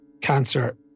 cancer